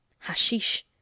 Hashish